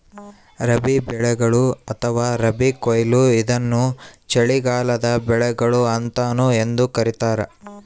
ರಬಿ ಬೆಳೆಗಳು ಅಥವಾ ರಬಿ ಕೊಯ್ಲು ಇದನ್ನು ಚಳಿಗಾಲದ ಬೆಳೆಗಳು ಅಂತಾನೂ ಎಂದೂ ಕರೀತಾರ